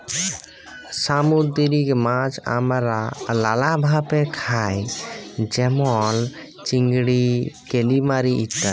সামুদ্দিরিক মাছ আমরা লালাভাবে খাই যেমল চিংড়ি, কালিমারি ইত্যাদি